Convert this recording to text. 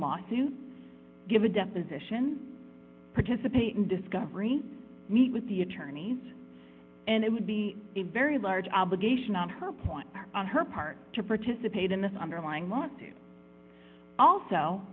lawsuit give a deposition participate in discovery meet with the attorneys and it would be a very large obligation on her point on her part to participate in this underlying moment to al